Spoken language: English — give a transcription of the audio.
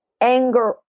Anger